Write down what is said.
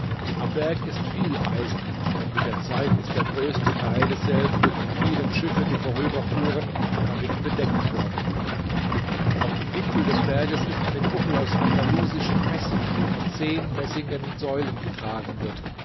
am berg ist viel eisen denn mit der zeit ist der größte teil desselben durch die vielen schiffe die vorüberfuhren damit bedeckt worden auf dem gipfel des berges ist eine kuppel aus andalusischem messing die von zehn messingenen säulen getragen wird